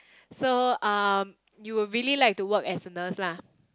so um you would really like to work as a nurse lah